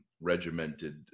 regimented